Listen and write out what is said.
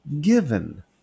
given